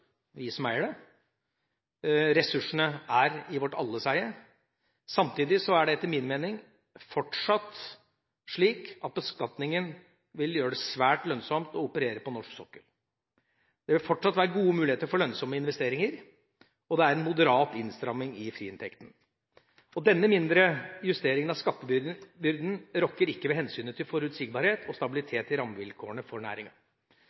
vi som eier dem, ressursene er i vårt alles eie. Samtidig er det etter min mening fortsatt slik at beskatningen vil gjøre det svært lønnsomt å operere på norsk sokkel. Det vil fortsatt være gode muligheter for lønnsomme investeringer, og det er en moderat innstramming i friinntekten. Denne mindre justeringen av skattebyrden rokker ikke ved hensynet til forutsigbarhet og stabilitet i rammevilkårene for